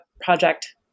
project